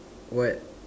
what